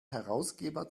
herausgeber